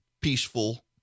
peaceful